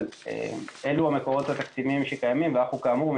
אלו המקורות התקציביים שקיימים ואנחנו כאמור,